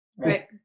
Right